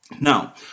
Now